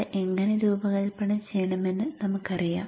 അത് എങ്ങനെ രൂപകൽപ്പന ചെയ്യണമെന്ന് നമ്മൾക്കറിയാം